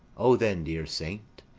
o, then, dear saint,